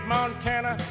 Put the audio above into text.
Montana